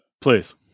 Please